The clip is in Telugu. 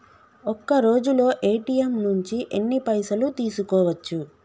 ఒక్కరోజులో ఏ.టి.ఎమ్ నుంచి ఎన్ని పైసలు తీసుకోవచ్చు?